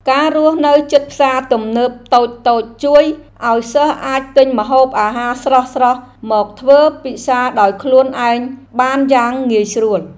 ការរស់នៅជិតផ្សារទំនើបតូចៗជួយឱ្យសិស្សអាចទិញម្ហូបអាហារស្រស់ៗមកធ្វើពិសារដោយខ្លួនឯងបានយ៉ាងងាយស្រួល។